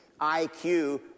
IQ